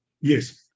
Yes